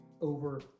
over